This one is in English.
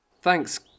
thanks